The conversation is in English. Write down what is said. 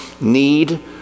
need